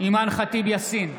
אימאן ח'טיב יאסין,